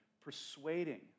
persuading